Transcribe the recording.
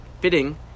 fitting